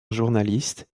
journaliste